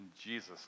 Jesus